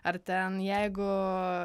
ar ten jeigu